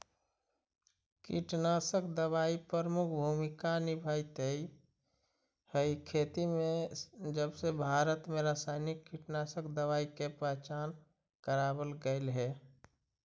कीटनाशक दवाई प्रमुख भूमिका निभावाईत हई खेती में जबसे भारत में रसायनिक कीटनाशक दवाई के पहचान करावल गयल हे